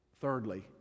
Thirdly